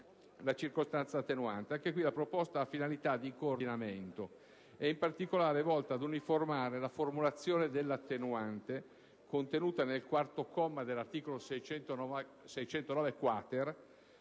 la circostanza attenuante. Anche in questo caso, la proposta emendativa ha finalità di coordinamento e, in particolare, è volta ad uniformare la formulazione dell'attenuante contenuta nel quarto comma dell'articolo 609-*quater*